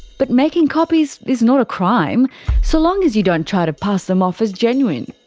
but making copies is not a crime so long as you don't try to pass them off as genuine.